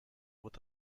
with